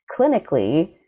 clinically